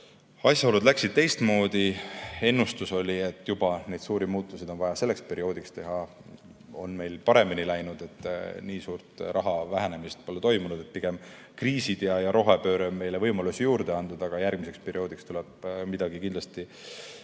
Asjaolud läksid teistmoodi – ennustus oli, et neid suuri muutusi on vaja juba selleks perioodiks teha, aga meil on paremini läinud. Nii suurt raha vähenemist pole toimunud, pigem on kriisid ja rohepööre meile võimalusi juurde andnud, aga järgmiseks perioodiks tuleb midagi kindlasti